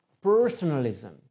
personalism